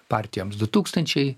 partijoms du tūkstančiai